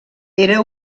era